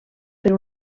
per